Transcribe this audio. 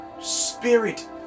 spirit